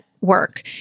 work